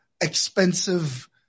expensive